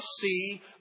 see